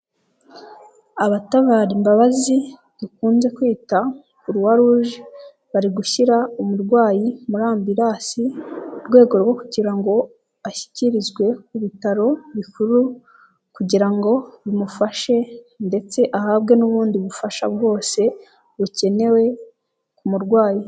Abatabara imbabazi dukunze kwita croix rouge, bari gushyira umurwayi muri ambirasi mu rwego rwo kugira ngo ashyikirizwe ku bitaro bikuru kugira ngo bimufashe ndetse ahabwe n'ubundi bufasha bwose bukenewe ku murwayi.